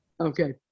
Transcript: okay